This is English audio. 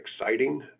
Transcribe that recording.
exciting